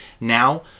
Now